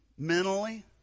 mentally